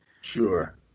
Sure